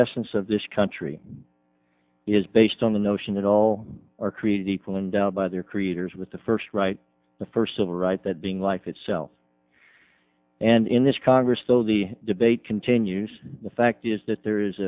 essence of this country is based on the notion that all are created equal and by their creators with the first right the first civil right that being life itself and in this congress so the debate continues the fact is that there is